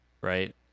right